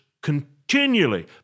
continually